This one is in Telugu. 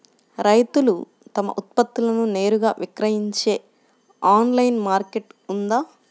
రైతులు తమ ఉత్పత్తులను నేరుగా విక్రయించే ఆన్లైను మార్కెట్ ఉందా?